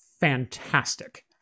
fantastic